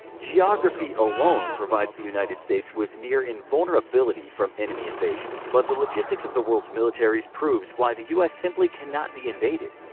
geography alone provides the united states with near invulnerability from enemy invasion, but the logistics of the world's militaries proves why the us simply cannot be invaded.